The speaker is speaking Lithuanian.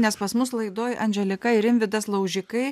nes pas mus laidoj anželika ir rimvydas laužikai